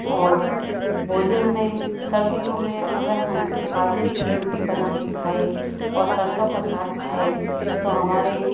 और भोजन में सर्दियों में अगर हम बाजरे की रोटी बना कर खाएं और सरसों का साग खाएं तो हमारे